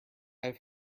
have